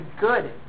good